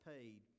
paid